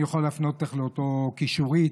אני יכול להפנות אותך לאותה קישורית.